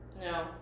No